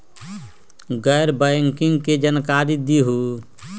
गैर बैंकिंग के जानकारी दिहूँ?